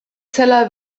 zeller